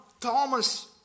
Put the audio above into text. Thomas